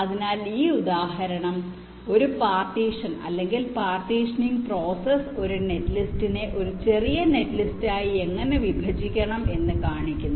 അതിനാൽ ഈ ഉദാഹരണം ഒരു പാർട്ടീഷൻ അല്ലെങ്കിൽ പാർട്ടീഷനിങ് പ്രോസസ്സ് ഒരു നെറ്റ്ലിസ്റ്റിനെ ഒരു ചെറിയ നെറ്റ്ലിസ്റ്റായി എങ്ങനെ വിഭജിക്കണം എന്ന് കാണിക്കുന്നു